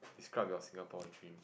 describe your Singapore dream